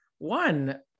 One